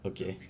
okay